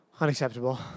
Unacceptable